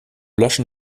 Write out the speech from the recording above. löschen